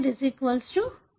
V